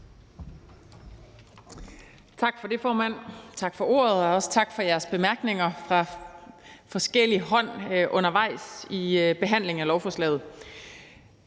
Tak for det, formand. Tak for ordet, og også tak for jeres bemærkninger fra forskellig hånd undervejs i behandlingen af lovforslaget.